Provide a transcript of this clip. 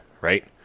right